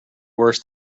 worse